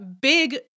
big